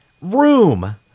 room